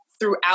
throughout